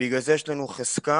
ובגלל זה יש לנו חזקה